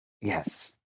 Yes